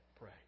pray